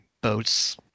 boats